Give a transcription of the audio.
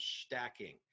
stacking